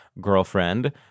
girlfriend